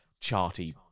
charty